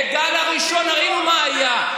בגל הראשון ראינו מה היה.